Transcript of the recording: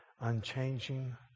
unchanging